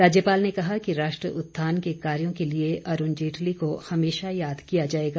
राज्यपाल ने कहा कि राष्ट्र उत्थान के कार्यो के लिए अरूण जेटली को हमेशा याद किया जाएगा